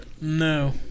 No